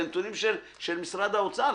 זה נתונים של משרד האוצר,